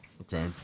Okay